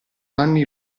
anni